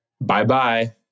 Bye-bye